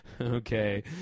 okay